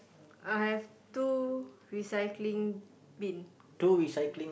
I have two recycling bin